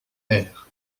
air